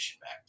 back